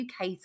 UK